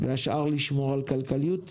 והשאר לשמור על כלכליות.